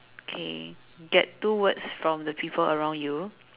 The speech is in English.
okay get two words from the people around you